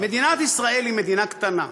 מדינת ישראל היא מדינה קטנה,